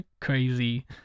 crazy